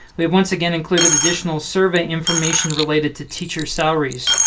we have once again included additional survey information related to teacher salaries.